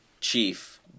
chief